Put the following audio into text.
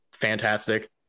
fantastic